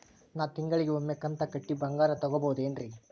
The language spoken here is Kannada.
ನಾ ತಿಂಗಳಿಗ ಒಮ್ಮೆ ಕಂತ ಕಟ್ಟಿ ಬಂಗಾರ ತಗೋಬಹುದೇನ್ರಿ?